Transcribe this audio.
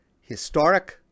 historic